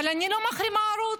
אבל אני לא מחרימה ערוץ,